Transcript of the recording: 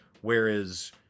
Whereas